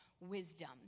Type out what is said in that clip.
wisdom